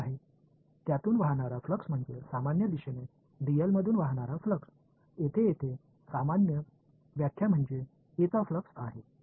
இந்த dl மூலம் வரும் ஃப்ளக்ஸ் என்பது இயல்பான திசையில் இங்கே அதே விளக்கம் A இன்ஃப்ளக்ஸ் ஆகும்